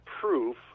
proof